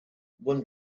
won